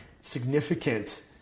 significant